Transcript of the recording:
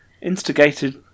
instigated